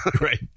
right